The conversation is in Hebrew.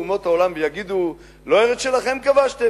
אומות העולם ויגידו: לא ארץ שלכם כבשתם,